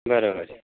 बरोबर आहे